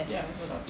ya it's a lot